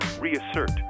reassert